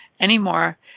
anymore